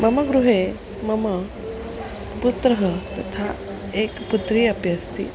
मम गृहे मम पुत्रः तथा एका पुत्री अपि स्तः